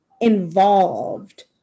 involved